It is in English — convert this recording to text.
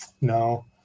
no